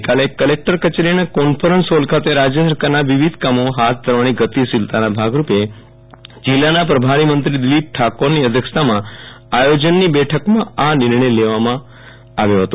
ગઈકાલે કલેક્ટર કચેરીના conference hall ખાતે રાજય સરકારના વિવિધ કામો હાથ ધરવાની ગતિશીલતાના ભાગરૂપે જીલ્લાના પ્રભારીમંત્રી દિલીપ ઠાકોરની અધ્યક્ષતામાં આયોજનની બેઠકમાં આ નિર્ણય લેવામાં આવ્યો હતો